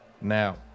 now